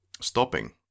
stopping